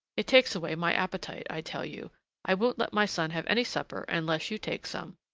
it takes away my appetite, i tell you i won't let my son have any supper unless you take some.